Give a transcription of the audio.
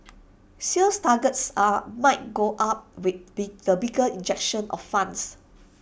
sales targets are might go up with be the bigger injection of funds